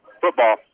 football